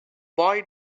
boy